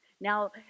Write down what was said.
Now